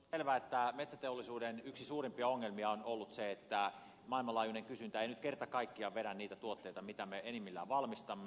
on selvä että yksi suurimpia metsäteollisuuden ongelmia on ollut se että maailmanlaajuinen kysyntä ei nyt kerta kaikkiaan vedä niitä tuotteita joita me enimmillään valmistamme